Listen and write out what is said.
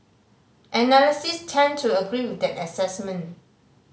analysts tend to agree with that assessment